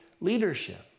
leadership